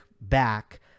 back